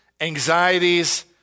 anxieties